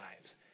lives